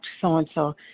So-and-so